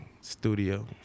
Studio